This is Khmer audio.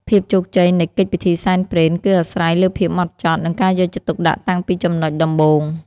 ភាពជោគជ័យនៃកិច្ចពិធីសែនព្រេន គឺអាស្រ័យលើភាពហ្មត់ចត់ និងការយកចិត្តទុកដាក់តាំងពីចំណុចដំបូង។